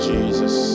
Jesus